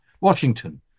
Washington